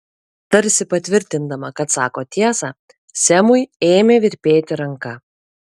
tarsi patvirtindama kad sako tiesą semui ėmė virpėti ranka